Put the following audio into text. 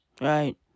right